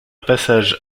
passage